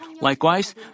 Likewise